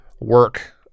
work